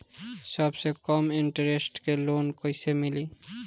सबसे कम इन्टरेस्ट के लोन कइसे मिली?